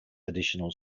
additional